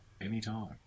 anytime